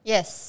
Yes